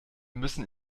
müssen